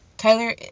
Tyler